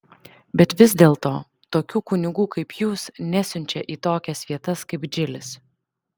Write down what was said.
bet vis dėlto tokių kunigų kaip jūs nesiunčia į tokias vietas kaip džilis